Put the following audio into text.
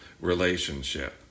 relationship